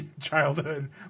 childhood